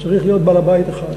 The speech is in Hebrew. צריך להיות בעל-בית אחד.